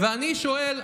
ואני שואל,